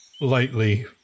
lightly